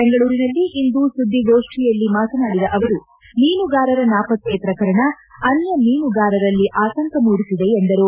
ಬೆಂಗಳೂರಿನಲ್ಲಿಂದು ಸುದ್ದಿಗೋಷ್ಠಿಯಲ್ಲಿ ಮಾತನಾಡಿದ ಅವರು ಮೀನುಗಾರರ ನಾಪತ್ತೆ ಪ್ರಕರಣ ಅನ್ಯ ಮೀನುಗಾರರಲ್ಲಿ ಆತಂಕ ಮೂಡಿಸಿದೆ ಎಂದರು